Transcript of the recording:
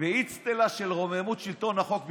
באצטלה של רוממות שלטון החוק בגרונם.